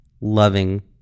loving